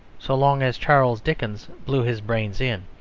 so long as charles dickens blew his brains in.